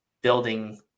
building